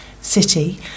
city